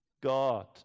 God